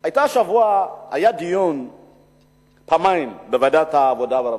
שהשבוע היה פעמיים דיון בוועדת העבודה והרווחה,